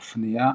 פנייה,